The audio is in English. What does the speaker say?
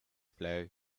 blow